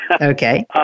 Okay